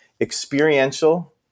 experiential